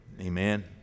Amen